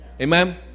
Amen